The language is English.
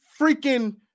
freaking